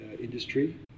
industry